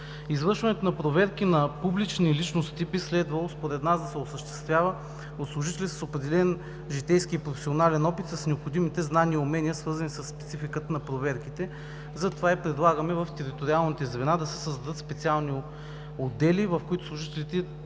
Извършването на проверки на публични личности според нас би следвало да се осъществява от служители с определен житейски и професионален опит, с необходите знания и умения, свързани със спецификата на проверките. Затова предлагаме в териториалните звена да се създадат специални отдели, в които служителите